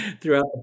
throughout